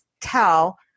tell